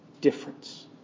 difference